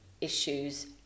issues